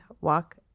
walk